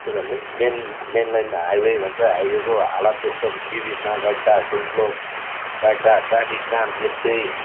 त्यही त main main line highway भन्छ हाइवेको हालत त्यस्तो बि बिचमा गड्डा ठुल्ठुलो गड्डा ट्राफिक जाम त्यस्तै